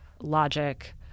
logic